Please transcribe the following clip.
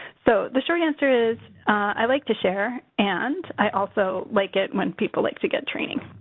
so, the short answer is i like to share, and i also like it when people like to get training.